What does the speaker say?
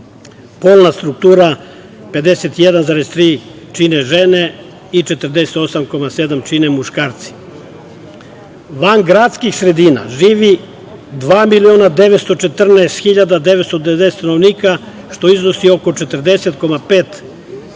Polna struktura 51,3% čine žene i 48,7% čine muškarci. Van gradskih sredina živi 2.914.990 stanovnika, što iznosi 40,5%